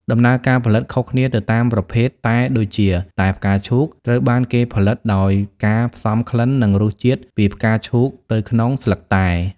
ដំណើរការផលិតខុសគ្នាទៅតាមប្រភេទតែ ដូចជា តែផ្កាឈូក ត្រូវបានគេផលិតដោយការផ្សំក្លិននិងរសជាតិពីផ្កាឈូកទៅក្នុងស្លឹកតែ។